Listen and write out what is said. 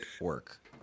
work